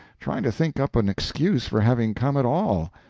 trying to think up an excuse for having come at all.